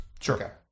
Sure